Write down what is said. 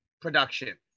production